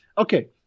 Okay